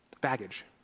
baggage